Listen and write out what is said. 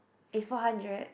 is four hundred